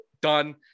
done